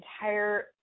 entire